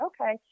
okay